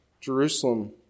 Jerusalem